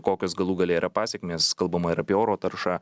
kokios galų gale yra pasekmės kalbama ir apie oro taršą